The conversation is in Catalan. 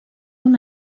una